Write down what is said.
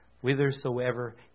whithersoever